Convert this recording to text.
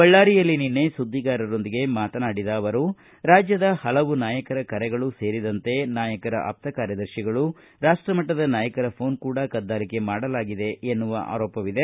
ಬಳ್ಳಾರಿಯಲ್ಲಿ ನಿನ್ನೆ ಸುದ್ದಿಗಾರರೊಂದಿಗೆ ಮಾತನಾಡಿದ ಅವರು ರಾಜ್ಯದ ಹಲವು ನಾಯಕರ ಕರೆಗಳು ಸೇರಿದಂತೆ ನಾಯಕರ ಆಪ್ತ ಕಾರ್ಯದರ್ಶಿಗಳು ರಾಷ್ಟ ಮಟ್ಟದ ನಾಯಕರ ಪೋನ್ ಕೂಡಾ ಕದ್ದಾಲಿಕೆ ಮಾಡಲಾಗಿದೆ ಎನ್ನುವ ಆರೋಪವಿದೆ